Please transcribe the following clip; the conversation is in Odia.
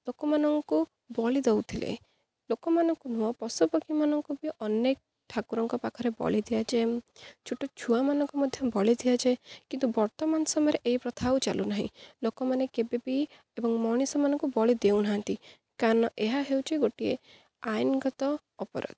ଲୋକମାନଙ୍କୁ ବଳି ଦେଉଥିଲେ ଲୋକମାନଙ୍କୁ ନୁହଁ ପଶୁ ପକ୍ଷୀମାନଙ୍କୁ ବି ଅନେକ ଠାକୁରଙ୍କ ପାଖରେ ବଳି ଦିଆଯାଏ ଛୋଟ ଛୁଆମାନଙ୍କ ମଧ୍ୟ ବଳି ଦିଆଯାଏ କିନ୍ତୁ ବର୍ତ୍ତମାନ ସମୟରେ ଏହି ପ୍ରଥା ଆଉ ଚାଲୁନାହିଁ ଲୋକମାନେ କେବେ ବିି ଏବଂ ମଣିଷମାନଙ୍କୁ ବଳି ଦେଉନାହାନ୍ତି କାରଣ ଏହା ହେଉଛି ଗୋଟିଏ ଆଇନ୍ଗତ ଅପରାଧ